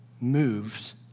moves